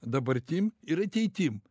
dabartim ir ateitim